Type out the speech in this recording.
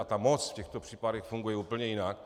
Ta moc v těchto případech funguje úplně jinak.